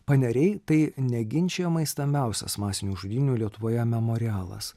paneriai tai neginčijamai stambiausias masinių žudynių lietuvoje memorialas